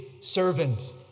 servant